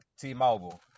T-Mobile